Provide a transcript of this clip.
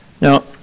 Now